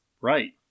right